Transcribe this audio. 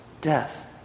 death